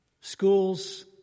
schools